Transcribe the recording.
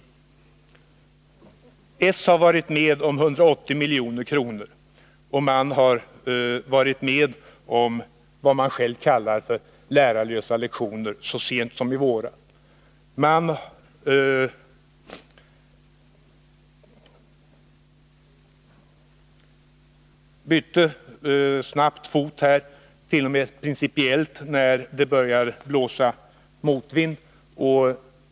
Socialdemokraterna har varit med om beslutet att spara 180 milj.kr., och de har varit med om vad de själva kallar lärarlösa lektioner, så sent som i våras. De bytte snabbt fot, t.o.m. principiellt, när det började blåsa motvind.